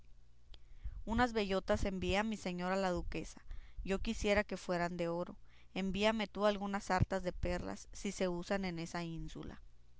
unas bellotas envié a mi señora la duquesa yo quisiera que fueran de oro envíame tú algunas sartas de perlas si se usan en esa ínsula